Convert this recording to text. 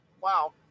Wow